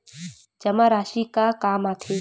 जमा राशि का काम आथे?